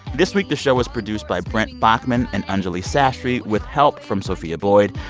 this week, the show was produced by brent baughman and anjuli sastry with help from sophia boyd.